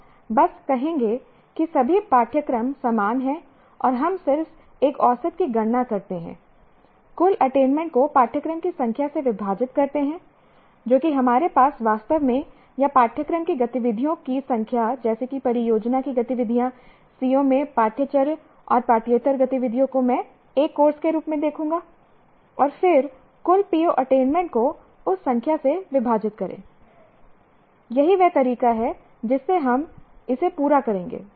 हम बस कहेंगे कि सभी पाठ्यक्रम समान हैं और हम सिर्फ एक औसत की गणना करते हैं कुल अटेनमेंट को पाठ्यक्रम की संख्या से विभाजित करते हैं जो कि हमारे पास वास्तव में या पाठ्यक्रम की गतिविधियों की संख्या जैसे कि परियोजना की गतिविधियां CO में पाठ्यचर्या और पाठ्येतर गतिविधियों को मैं 1 कोर्स के रूप में देखूंगा और फिर कुल PO अटेनमेंट को उस संख्या से विभाजित करें यही वह तरीका है जिससे हम इसे पूरा करेंगे